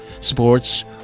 sports